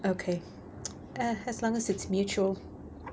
okay as long as it's mutual